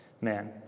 Man